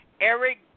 Eric